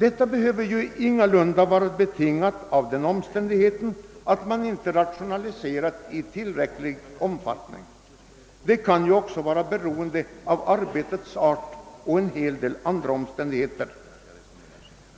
Detta behöver ingalunda vara betingat av den omständigheten att företagen inte har rationaliserat i tillräcklig omfattning. Det kan bero på arbetets art och en hel del andra förhållanden.